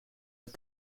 het